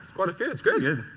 that's good.